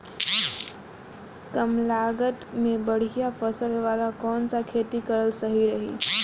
कमलागत मे बढ़िया फसल वाला कौन सा खेती करल सही रही?